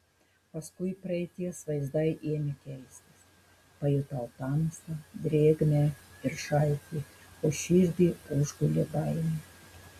paskui praeities vaizdai ėmė keistis pajutau tamsą drėgmę ir šaltį o širdį užgulė baimė